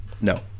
No